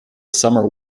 summer